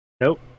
Nope